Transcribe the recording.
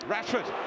Rashford